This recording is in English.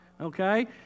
okay